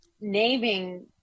naming